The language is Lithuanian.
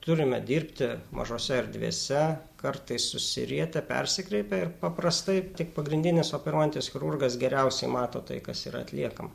turime dirbti mažose erdvėse kartais susirietę persikreipę ir paprastai tik pagrindinis operuojantis chirurgas geriausiai mato tai kas yra atliekama